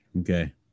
okay